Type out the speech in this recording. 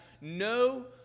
no